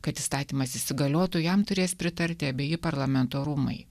kad įstatymas įsigaliotų jam turės pritarti abeji parlamento rūmai